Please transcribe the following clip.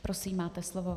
Prosím, máte slovo.